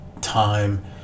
time